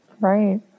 right